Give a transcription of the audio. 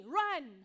run